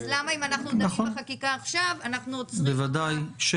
למה אם אנחנו דנים בחקיקה אנחנו עוצרים --?